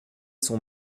son